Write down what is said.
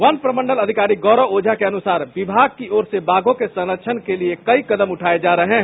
one प्रमंडल अधिकारी गौरव ओझा के अनुसार विमाग की ओर से बाघों के सरक्षण के लिए कई कदम उठाये जा रहे हैं